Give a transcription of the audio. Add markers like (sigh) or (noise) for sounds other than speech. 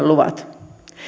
(unintelligible) luvat